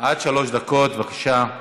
קורן, עד שלוש דקות, בבקשה.